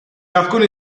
alcuni